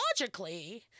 logically